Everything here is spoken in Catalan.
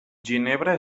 ginebra